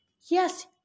Yes